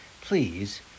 please